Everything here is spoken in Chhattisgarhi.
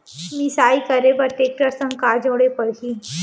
मिसाई करे बर टेकटर संग का जोड़े पड़ही?